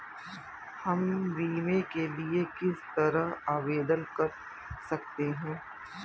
हम बीमे के लिए किस तरह आवेदन कर सकते हैं?